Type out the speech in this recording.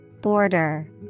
Border